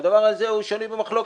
שהדבר הזה שנוי במחלוקת.